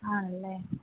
ആണല്ലേ